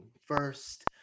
first